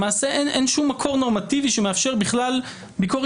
למעשה אין שום מקור נורמטיבי שמאפשר בכלל ביקורת